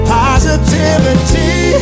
positivity